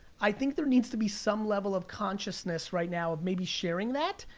i think there needs to be some level of consciousness, right now, of maybe sharing that.